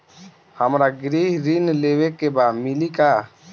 हमरा गृह ऋण लेवे के बा मिली का?